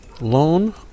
loan